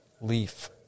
Leaf